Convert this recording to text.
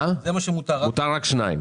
מותר רק שניים.